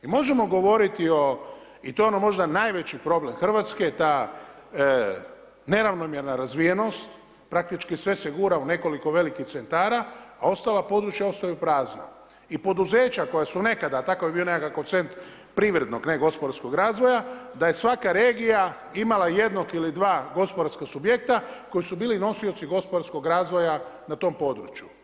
I možemo govoriti i to je možda najveći problem Hrvatske, ta neravnomjerna nerazvijenost, praktički sve se gura u nekoliko velikih centara, a ostala područja ostaju prazna i poduzeća koja su nekada, a takav je bio nekakav koncept privrednog ne gospodarskog razvoja da je svaka regija imala jednog ili dva gospodarska subjekta koji su bili nosioci gospodarskog razvoja na tom području.